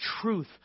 truth